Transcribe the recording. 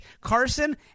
Carson